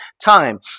time